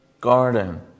garden